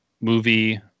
movie